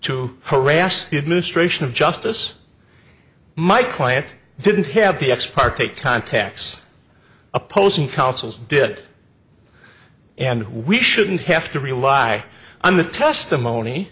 to harass the administration of justice my client didn't have the ex parte contacts opposing counsel's did and we shouldn't have to rely on the testimony